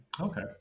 Okay